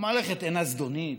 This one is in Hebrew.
המערכת אינה זדונית,